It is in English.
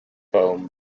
foam